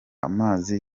amazi